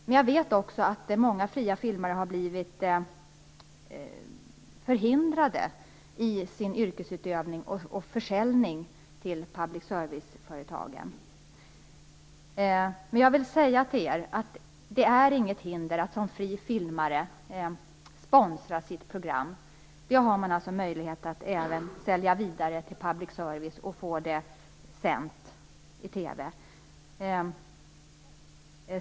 Men jag vet också att många fria filmare har blivit förhindrade i sin yrkesutövning och försäljning till public serviceföretagen. Jag vill säga till er att det inte är något hinder att som fri filmare sponsra sitt program. Det har man möjlighet att även sälja vidare till public service och få sänt i TV.